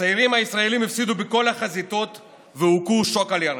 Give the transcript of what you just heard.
הצעירים הישראלים הפסידו בכל החזיתות והוכו שוק על ירך.